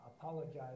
apologize